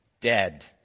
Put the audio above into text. dead